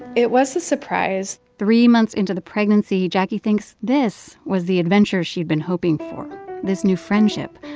it was a surprise three months into the pregnancy, jacquie thinks this was the adventure she'd been hoping for this new friendship,